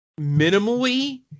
minimally